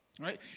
Right